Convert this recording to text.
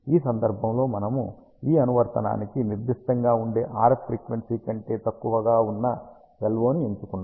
ఈ సందర్భంలో మనము ఈ అనువర్తనానికి నిర్దిష్టంగా ఉండే RF ఫ్రీక్వెన్సీ కంటే తక్కువగా ఉన్న LO ని ఎంచుకున్నాము